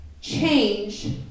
change